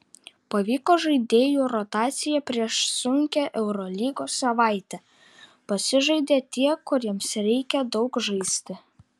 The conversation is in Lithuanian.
pavyko žaidėjų rotacija prieš sunkią eurolygos savaitę pasižaidė tie kuriems reikia daug žaisti